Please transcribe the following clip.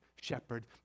shepherd